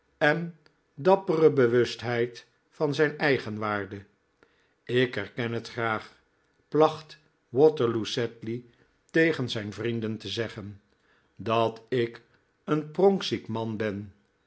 en dappere bewustheid van zijn eigenwaarde ik erken het graag placht waterloo sedley tegen zijn vrienden te zeggen dat ik een pronkziek man ben